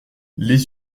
les